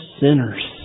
sinners